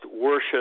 worship